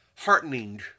heartening